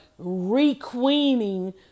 requeening